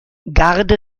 garde